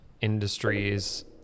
industries